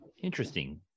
interesting